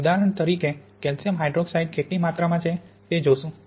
તમે ઉદાહરણ તરીકે કેલ્સિયમ હાયડ્રોકસાઇડ કેટલી માત્રામાં છે તે જોશું